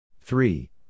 Three